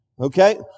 Okay